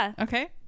okay